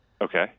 Okay